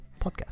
podcast